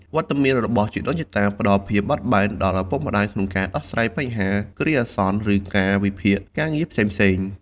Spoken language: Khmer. វត្តមានរបស់ជីដូនជីតាផ្តល់ភាពបត់បែនដល់ឪពុកម្តាយក្នុងការដោះស្រាយបញ្ហាគ្រាអាសន្ន ឬកាលវិភាគការងារផ្សេងៗ។